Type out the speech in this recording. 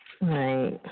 Right